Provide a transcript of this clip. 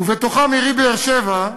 ובתוכם עירי באר-שבע,